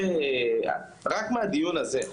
רק מהדיון הזה,